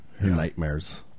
Nightmares